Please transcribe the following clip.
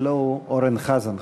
הלוא הוא אורן חזן,